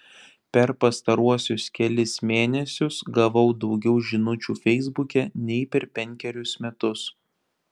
per pastaruosius kelis mėnesius gavau daugiau žinučių feisbuke nei per penkerius metus